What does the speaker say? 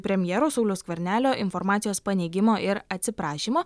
premjero sauliaus skvernelio informacijos paneigimo ir atsiprašymo